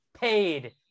paid